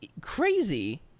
crazy